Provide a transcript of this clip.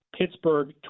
Pittsburgh